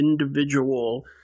individual